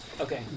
Okay